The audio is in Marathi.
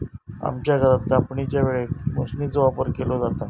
आमच्या घरात कापणीच्या वेळेक मशीनचो वापर केलो जाता